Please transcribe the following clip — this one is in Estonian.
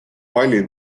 palli